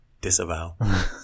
Disavow